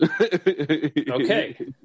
Okay